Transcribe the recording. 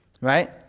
Right